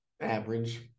average